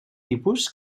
tipus